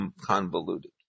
convoluted